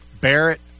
Barrett